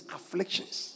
afflictions